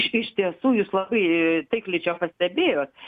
iš tiesų jūs labai taikliai čia pastebėjot